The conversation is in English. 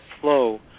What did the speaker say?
flow